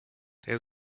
there